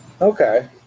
Okay